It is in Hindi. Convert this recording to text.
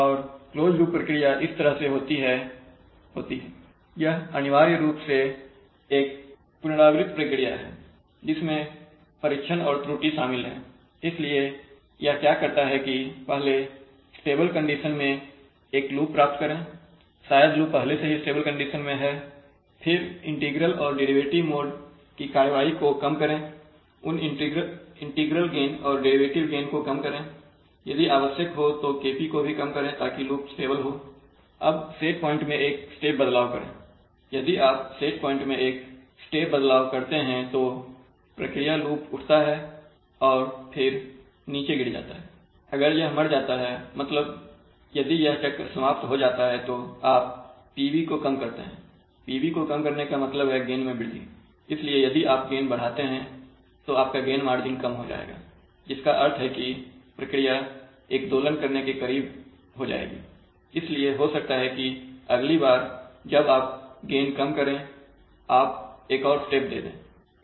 और क्लोज लूप प्रक्रिया इस तरह से होती है यह अनिवार्य रूप से एक पुनरावृत्त प्रक्रिया है जिसमें परीक्षण और त्रुटि शामिल है इसलिए यह क्या करता है कि पहले स्टेबल कंडीशन में एक लूप को में प्राप्त करें शायद लूप पहले से ही स्टेबल कंडीशन में है फिर इंटीग्रल और डेरिवेटिव मोड की कार्रवाई को कम करें उन इंटीग्रल गेन और डेरिवेटिव गेन को कम करें यदि आवश्यक हो तो Kp को भी कम करें ताकि लूप स्टेबल हो अब सेट पॉइंट में एक स्टेप बदलाव करें यदि आप सेट पॉइंट में एक स्टेप बदलाव करते हैं तो तो प्रक्रिया लूप उठता है और फिर नीचे गिर जाता है अगर यह मर जाता है मतलब यदि यह चक्र समाप्त हो जाता है तो आप PB को कम करते हैं PB को कम करने का मतलब है गेन में वृद्धि इसलिए यदि आप गेन बढ़ाते हैं तो आपका गेन मार्जिन कम हो जाएगा जिसका अर्थ है कि प्रक्रिया एक दोलन करने के करीब हो जाएगी इसलिए हो सकता है कि अगली बार जब आप गेन कम करें आप एक और स्टेप दे दें